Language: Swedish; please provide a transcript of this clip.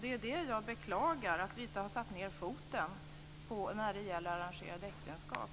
Det är det som jag beklagar, att vi inte har satt ned foten när det gäller arrangerade äktenskap.